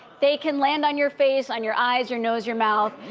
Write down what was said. they can land on your face, on your eyes, your nose, your mouth.